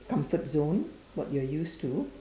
comfort zone what you are used to